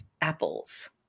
apples